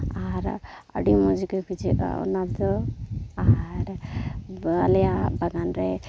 ᱟᱨ ᱟᱹᱰᱤ ᱢᱚᱡᱽᱜᱮ ᱵᱩᱡᱷᱟᱹᱜᱼᱟ ᱚᱱᱟᱫᱚ ᱟᱨ ᱟᱞᱮᱭᱟᱜ ᱵᱟᱜᱟᱱᱨᱮ